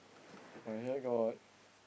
my here got